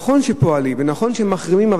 נכון שפועלים ונכון שמחרימים,